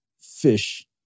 fish